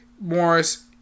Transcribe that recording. Morris